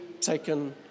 taken